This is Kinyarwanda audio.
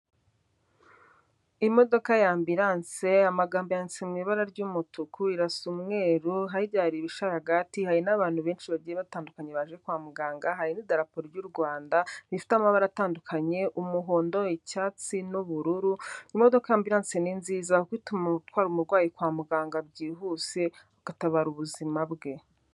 Imodoka ya ambulance, amagambo yanditse mu ibara ry'umutuku, irasa umweru, hirya hari ibisharagati, hari n'abantu benshi bagiye batandukanye baje kwa muganga, hari n'idarapo y'u Rwanda rifite amabara atandukanye, umuhondo, icyatsi, n'ubururu, imodoka ya ambulance ni nziza kuko ituma utwara umurwayi kwa muganga byihuse, ugatabara ubuzima bwe